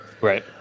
Right